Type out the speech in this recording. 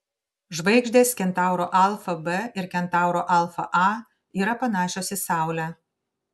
žvaigždės kentauro alfa b ir kentauro alfa a yra panašios į saulę